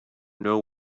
know